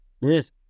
Yes